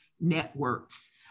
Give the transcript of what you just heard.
networks